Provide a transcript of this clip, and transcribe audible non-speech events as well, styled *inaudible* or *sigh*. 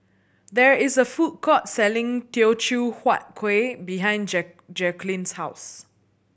there is a food court selling Teochew Huat Kuih behind *unintelligible* Jacquelin's house